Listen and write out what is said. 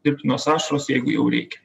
dirbtinos ašaros jeigu jau reikia